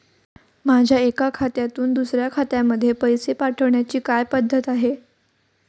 माझ्या एका खात्यातून दुसऱ्या खात्यामध्ये पैसे पाठवण्याची काय पद्धत आहे?